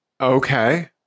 Okay